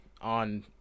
On